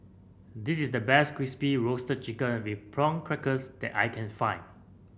this is the best Crispy Roasted Chicken with Prawn Crackers that I can find